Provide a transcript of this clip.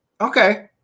okay